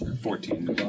Fourteen